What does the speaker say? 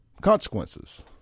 consequences